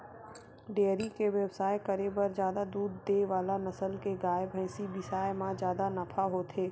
dairy के बेवसाय करे बर जादा दूद दे वाला नसल के गाय, भइसी बिसाए म जादा नफा होथे